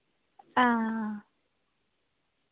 हां